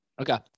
Okay